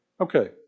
Okay